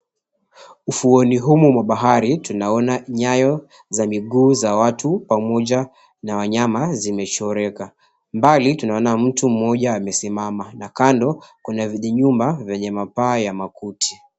Ufuoni humu mwa bahari, tunaona nyayo za miguu za watu pamoja na wanyama zimechoreka. Mbali tunaona mtu mmoja amesimama na kando kuna vijinyumba vyenye mapaa ya makuti.